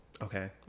Okay